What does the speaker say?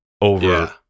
over